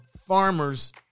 farmers